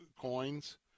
coins